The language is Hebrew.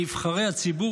"נבחרי הציבור",